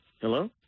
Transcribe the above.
hello